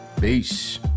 Peace